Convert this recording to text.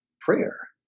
prayer